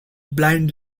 blind